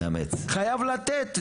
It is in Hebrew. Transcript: חייב לתת,